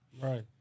Right